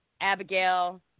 Abigail